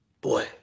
Boy